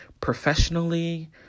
professionally